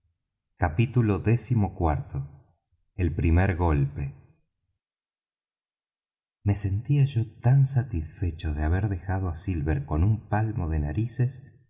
capítulo xiv el primer golpe me sentía yo tan satisfecho de haber dejado á silver con un palmo de narices